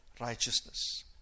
righteousness